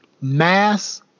mass